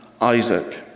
Isaac